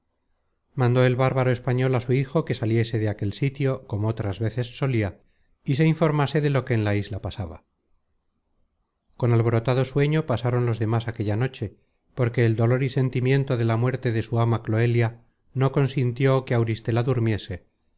el bárbaro español á su hijo que saliese de aquel sitio como otras veces solia y se informase de lo que en la isla pasaba con content from google book search generated at alborotado sueño pasaron los demas aquella noche porque el dolor y sentimiento de la muerte de su ama cloelia no consintió que auristela durmiese